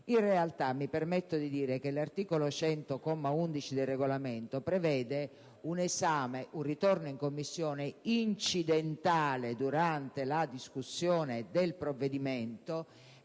In realtà, mi permetto di dire che l'articolo 100, comma 11, del Regolamento prevede un ritorno in Commissione incidentale durante la discussione del provvedimento.